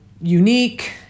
unique